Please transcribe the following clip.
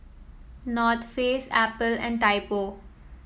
North Face Apple and Typo